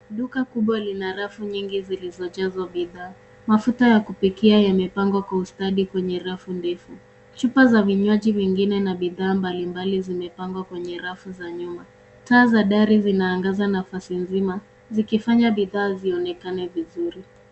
Duka kubwa lina lafu nyingi zilizojazwa bidhaa. Mafuta ya kupikia yamepangwa kwa ustadi kwenye rafu ndefu chupa za vinywaji vingine na bidhaa mbalimbali zimepangwa kwenye rafu za nyuma. Taa za dare zinaangaza nafasi nzima zikifanya bidhaa zionekane vizuri.